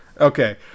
Okay